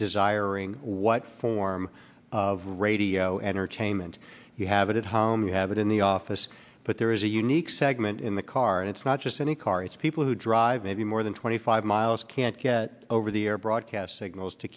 desiring what of radio entertainment you have it at home you have it in the office but there is a unique segment in the car and it's not just any car it's people who drive maybe more than twenty five miles can't get over the air broadcast signals to